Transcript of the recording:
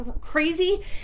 crazy